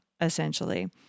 essentially